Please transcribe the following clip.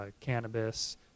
cannabis